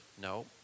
No